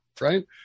right